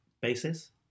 basis